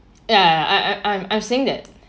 ya ya ya I'm I'm I'm saying that